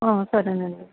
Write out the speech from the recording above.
సరేనండి